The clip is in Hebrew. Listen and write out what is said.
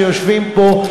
שיושבים פה,